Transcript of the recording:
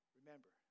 Remember